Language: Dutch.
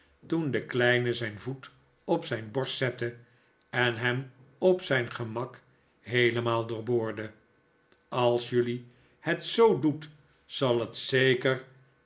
toen de kleine zijn voet op zijn borst zette en hem op zijn gemak heelemaal doorboorde als jullie het zoo doet zal het zeker